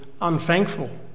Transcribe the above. unthankful